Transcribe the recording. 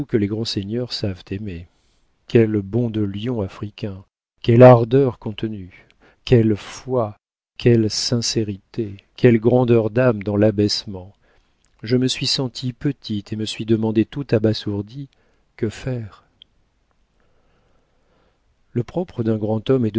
les grands seigneurs savent aimer quel bond de lion africain quelle ardeur contenue quelle foi quelle sincérité quelle grandeur d'âme dans l'abaissement je me suis sentie petite et me suis demandé tout abasourdie que faire le propre d'un grand homme